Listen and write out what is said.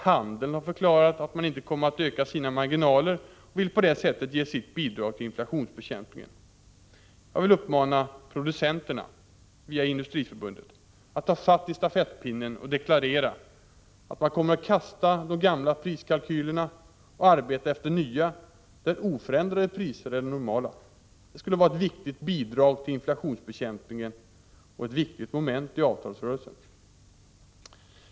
Handeln har förklarat att den inte kommer att öka sina marginaler och vill på det sättet ge sitt bidrag till inflationsbekämpningen. Jag vill uppmana producenterna, via Industriförbundet, att ta fatt i stafettpinnen och deklarera att man kommer att kasta de gamla priskalkylerna och arbeta efter nya, där oförändrade priser är det normala. Det skulle vara ett viktigt bidrag till inflationsbekämpningen och ett viktigt moment i avtalsrörelsen.